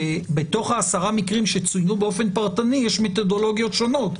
בתוך העשרה מקרים שצוינו באופן פרטני יש מתודולוגיות שונות,